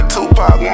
Tupac